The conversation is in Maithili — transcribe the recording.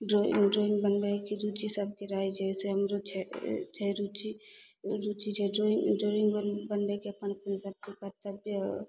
ड्रॉइंग ड्रॉइंग बनबयके रुचि सभके रहय छै से हमरो छै छै रुचि ओ रुचि जे ड्रॉइंग ड्रॉइंग बनबयके अपन हम सभके सभके ओ